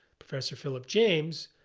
professor phillip james.